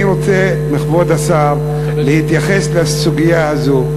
אני רוצה שכבוד השר יתייחס לסוגיה הזו,